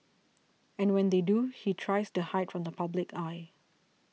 and when they do he tries to hide from the public eye